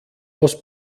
aus